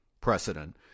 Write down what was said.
precedent